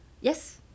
Yes